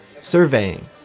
surveying